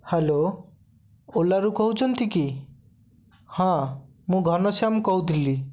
hello ଓଲାରୁ କହୁଛନ୍ତି କି ହଁ ମୁଁ ଘନଶ୍ୟାମ କହୁଥିଲି